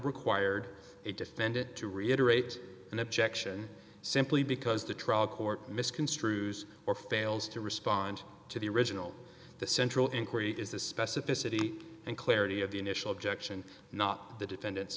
required a defendant to reiterate an objection simply because the trial court misconstrues or fails to respond to the original the central inquiry is the specificity and clarity of the initial objection not the defendant's